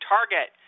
Target